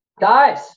Guys